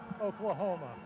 Oklahoma